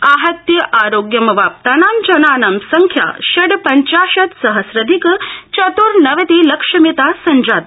आहत्य आरोग्यमाप्तवतां जनानां संख्या षड् पंचाशत सहस्रधिक चत्र्नवतिलक्षमिता संजाता